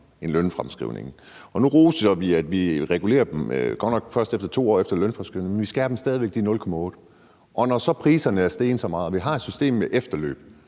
end lønfremskrivningen, og nu roser vi så, at vi regulerer det – godt nok først 2 år efter lønfremskrivningen – men vi skærer stadig i deres ydelser med de 0,8 pct., og når så priserne er steget så meget og vi har et system med efterløb,